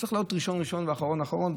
צריך לענות ראשון ראשון ואחרון ואחרון,